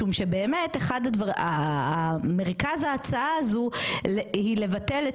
משום שבאמת מרכז ההצעה הזו הוא לבטל את